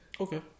Okay